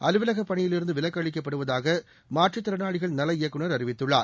அலுவலகப் பணியில் இருந்து விலக்கு அளிக்கப்படுவதாக மாற்றுத்திறனாளிகள் நல இயக்குநர் அறிவித்துள்ளார்